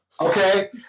okay